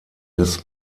des